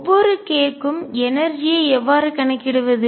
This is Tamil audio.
ஒவ்வொரு k க்கும் எனர்ஜிஆற்றல் ஐ எவ்வாறு கணக்கிடுவது